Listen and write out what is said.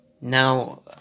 Now